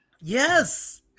Yes